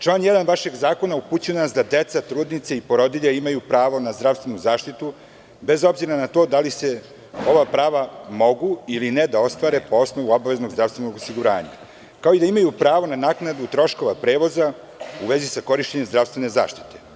Član 1. vašeg zakona upućuje nas da deca, trudnice i porodilje imaju pravo na zdravstvenu zaštitu, bez obzira na to da li se ova prava mogu ili ne, da ostvare po osnovu obaveznog zdravstvenog osiguranja, kao i da imaju pravo na naknadu troškova prevoza u vezi sa korišćenjem zdravstvene zaštite.